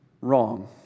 Wrong